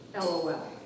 LOL